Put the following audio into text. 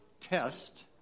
test